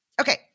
Okay